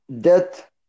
death